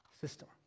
system